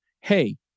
hey